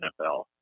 NFL